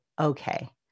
okay